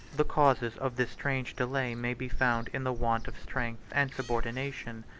the causes of this strange delay may be found in the want of strength and subordination.